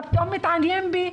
מה פתאום הוא מתעניין בי.